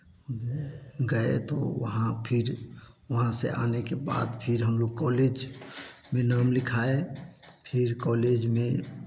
गए तो वहाँ फिर वहाँ से आने के बाद फिर हम लोग कॉलेज में नाम लिखाए फिर कॉलेज में